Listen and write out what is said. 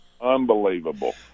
Unbelievable